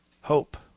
Hope